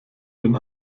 den